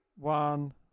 One